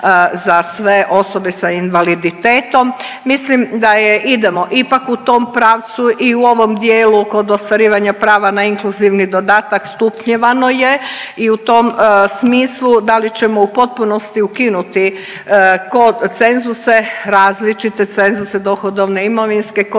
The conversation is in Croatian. za sve osobe sa invaliditetom. Mislim da je idemo ipak u tom pravcu i u ovom dijelu kod ostvarivanja prava na inkluzivni dodatak, stupnjevano je i u tom smislu da li ćemo u potpunosti ukinuti kod cenzuse, različite cenzuse dohodovne, imovinske,